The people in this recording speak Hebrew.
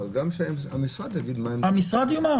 אבל גם שהמשרד יגיד --- המשרד יאמר,